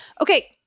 Okay